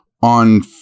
on